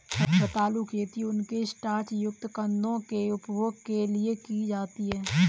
रतालू खेती उनके स्टार्च युक्त कंदों के उपभोग के लिए की जाती है